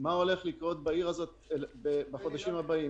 מה הולך לקרות בעיר הזאת בחודשים הבאים,